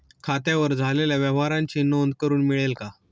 खात्यावर झालेल्या व्यवहाराची नोंद करून मिळेल का?